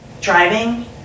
driving